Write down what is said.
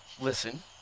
listen